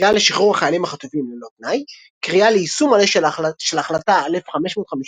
קריאה לשחרור החיילים החטופים ללא תנאי קריאה ליישום מלא של החלטה 1559,